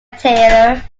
taylor